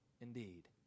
indeed